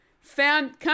found